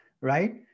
right